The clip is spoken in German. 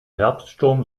herbststurm